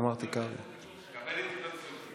קבל את התנצלותי.